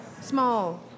small